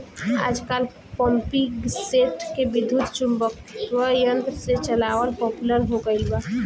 आजकल पम्पींगसेट के विद्युत्चुम्बकत्व यंत्र से चलावल पॉपुलर हो गईल बा